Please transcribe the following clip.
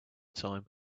time